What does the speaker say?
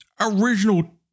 original